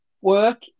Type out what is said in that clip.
work